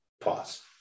Pause